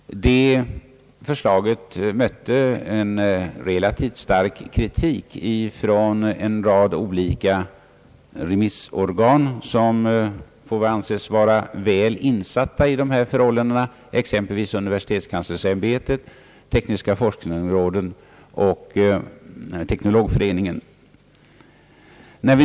Detta förslag stötte på en relativt stark kritik från en rad olika remissorgan, som får anses väl insatta i dessa förhållanden, exempelvis universitetskanslersämbetet, tekniska forskningsråden och Teknologföreningen.